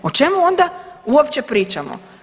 O čemu onda uopće pričamo?